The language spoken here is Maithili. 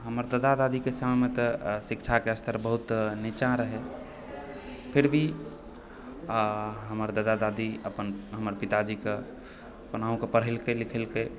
हमर दादा दादीके समयमे तऽ शिक्षाके स्तर बहुत नीचाँ रहै फिर भी हमर दादा दादी अपन हमर पिताजीकेँ केनाहो कऽ पढ़ेलकय लिखेलकय